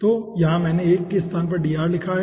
तो यहाँ मैंने एक के स्थान पर dr लिखा है